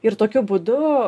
ir tokiu būdu